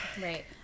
Right